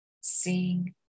seeing